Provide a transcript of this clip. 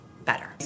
better